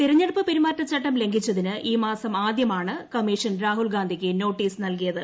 തെരഞ്ഞെടുപ്പ് പെരുമാറ്റച്ചട്ടം ലംഘിച്ചതിന് ഈ മാസം ആദ്യമാണ് കമ്മീഷൻ രാഹുൽഗാന്ധിക്ക് നോട്ടീസ് നൽകിയത്